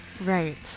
Right